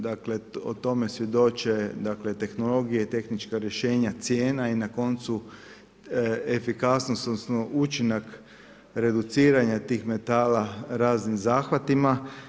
Dakle, o tome svjedoče dakle tehnologije i tehnička rješenja cijena i na koncu efikasnost, odnosno učinak reduciranja tih metala raznim zahvatima.